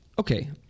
Okay